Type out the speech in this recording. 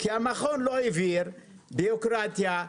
כי המכון לא העביר בירוקרטיה,